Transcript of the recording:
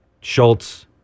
Schultz